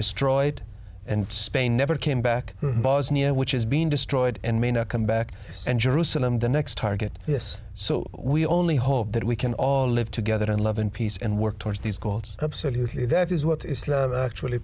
destroyed and spain never came back bosnia which is being destroyed and may not come back and jerusalem the next target this so we only hope that we can all live together in love and peace and work towards these courts absolutely that is what is actually